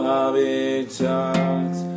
Habitats